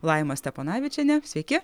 laima steponavičienė sveiki